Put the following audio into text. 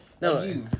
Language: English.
No